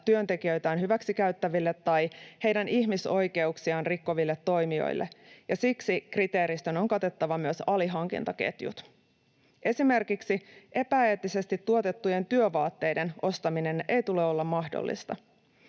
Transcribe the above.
työntekijöitään hyväksikäyttäville tai heidän ihmisoikeuksiaan rikkoville toimijoille, ja siksi kriteeristön on katettava myös alihankintaketjut. Esimerkiksi epäeettisesti tuotettujen työvaatteiden ostamisen ei tule olla mahdollista.